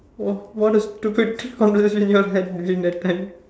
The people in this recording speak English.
oh what a stupid conversation your had during that time